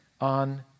on